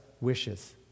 wishes